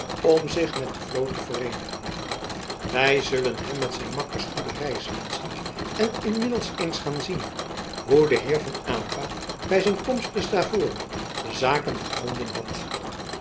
om zich met de vloot te vereenigen wij zullen hem met zijn makkers goede reis wenschen en inmiddels eens gaan zien hoe de heer van aylva bij zijn komst te stavoren de zaken gevonden had